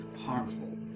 harmful